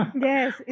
Yes